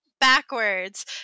backwards